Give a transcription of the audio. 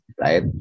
right